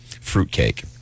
fruitcake